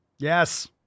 Yes